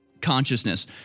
consciousness